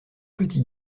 petits